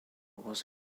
was